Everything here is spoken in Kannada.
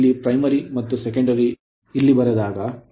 ಇಲ್ಲಿ primary ಪ್ರಾಥಮಿಕ ಮತ್ತು secondary ಮಾಧ್ಯಮಿಕ ಇಲ್ಲಿಗೆ ಬಂದಾಗ